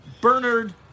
Bernard